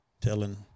telling –